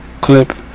clip